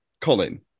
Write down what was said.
Colin